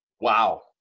Wow